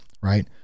right